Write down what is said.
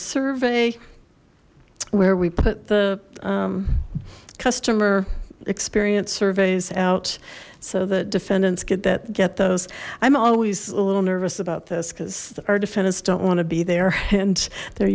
survey where we put the customer experience surveys out so that defendants could that get those i'm always a little nervous about this because our defendants don't want to be there and they're